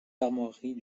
armoiries